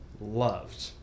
loved